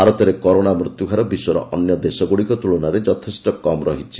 ଭାରତରେ କରୋନା ମୃତ୍ୟୁହାର ବିଶ୍ୱର ଅନ୍ୟ ଦେଶଗୁଡ଼ିକ ତୁଳନାରେ ଯଥେଷ୍ଟ କମ୍ ରହିଛି